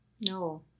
No